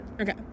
okay